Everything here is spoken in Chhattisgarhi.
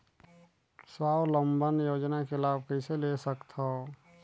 स्वावलंबन योजना के लाभ कइसे ले सकथव?